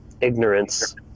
ignorance